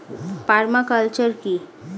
Parma culture কি?